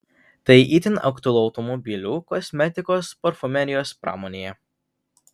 tai itin aktualu automobilių kosmetikos parfumerijos pramonėje